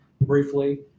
briefly